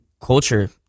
culture